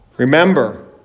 Remember